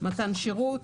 מתן שירות,